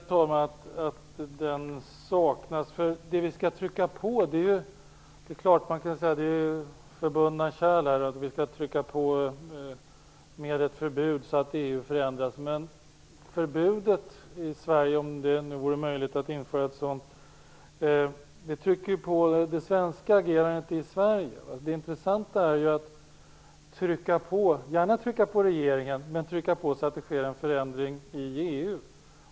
Herr talman! Jag tycker inte att den saknas. Det här handlar om kommunicerande kärl. Det är klart att man genom ett förbud kan utöva påtryckningar så att EU förändras. Men förbudet i Sverige - om det nu vore möjligt att införa ett sådant - inverkar på det svenska agerandet i Sverige. Det intressanta är ju att trycka på regeringen så att den kan bidra till att det sker en förändring i EU.